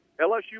LSU